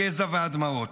הגזע והדמעות.